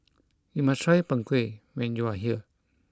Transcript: you must try Png Kueh when you are here